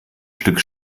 stück